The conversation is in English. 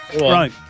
Right